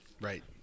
Right